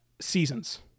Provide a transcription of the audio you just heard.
seasons